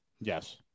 yes